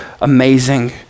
amazing